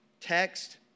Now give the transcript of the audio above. text